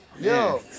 Yo